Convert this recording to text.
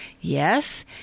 Yes